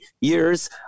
years